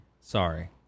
Sorry